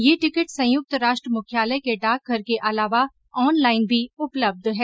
यह टिकट संयुक्त राष्ट्र मुख्यालय के डाकघर के अलावा ऑनलाइन भी उपलब्य हैं